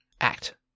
act